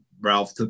ralph